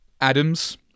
Adams